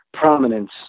prominence